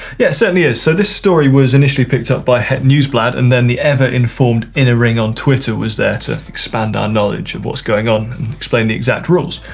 yeah, it certainly is. so this story was initially picked up by het nieuwsblad and then the ever informed inner ring on twitter was there to expand our knowledge of what's going on and explain the exact rules.